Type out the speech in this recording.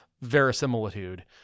verisimilitude